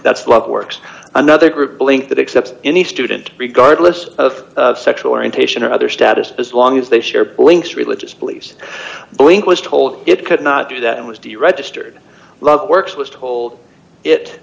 that's what works another group blink that accept any student regardless of sexual orientation or other status as long as they share blinks religious beliefs blink was told it could not do that it was deregistered love works was told it